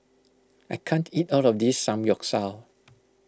I can't eat all of this Samgyeopsal